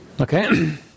Okay